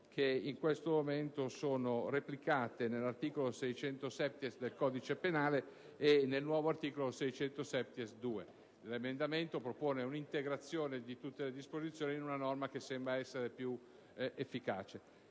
che, in questo momento, sono replicate nell'articolo 600*-septies* del codice penale e nel nuovo articolo 600*-septies*.2. L'emendamento propone l'integrazione di tutte le disposizioni in una norma che sembra essere più efficace.